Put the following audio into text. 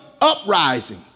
uprising